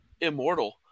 immortal